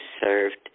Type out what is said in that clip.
served